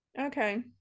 Okay